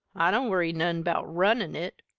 i don't worry none bout runnin it.